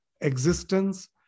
existence